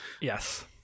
Yes